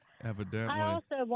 Evidently